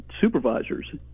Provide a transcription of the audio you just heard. supervisors